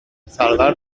سرور